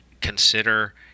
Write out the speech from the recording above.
consider